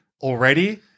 already